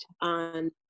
on